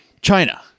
China